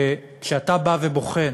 כשאתה בא ובוחן